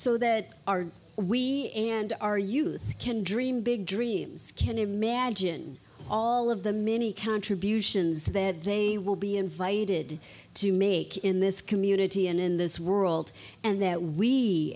so that our we and our youth can dream big dreams can imagine all of the many contributions that they will be invited to make in this community and in this world and that we